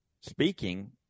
speaking